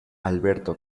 alberto